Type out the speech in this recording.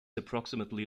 approximately